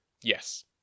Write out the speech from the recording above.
Yes